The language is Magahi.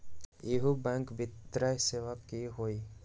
इहु बैंक वित्तीय सेवा की होई?